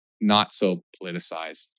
not-so-politicized